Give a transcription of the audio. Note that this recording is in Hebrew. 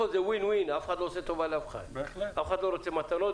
החלטנו להקים חממה טכנולוגית בבורסה על מנת למצוא פתרונות